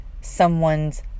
someone's